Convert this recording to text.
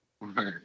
Right